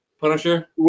Punisher